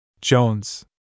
Jones